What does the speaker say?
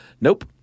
Nope